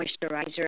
moisturizer